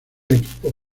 equipo